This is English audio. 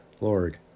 Lord